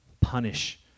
punish